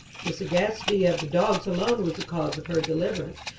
the sagacity of the dogs alone was the cause of her deliverance,